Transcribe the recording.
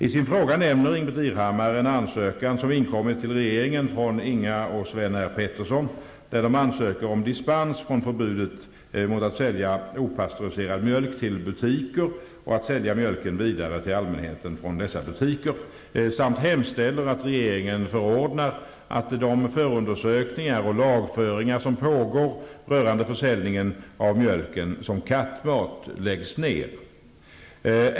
I sin fråga nämner Ingbritt Irhammar en ansökan som inkommit till regeringen från Inga och Sven R Pettersson. De ansöker där om dispens från förbudet mot att sälja opastöriserad mjölk till butiker och att sälja mjölken vidare till allmänheten från dessa butiker samt hemställer att regeringen förordnar att de förundersökningar och lagföringar som pågår rörande försäljning av mjölken som kattmat läggs ned.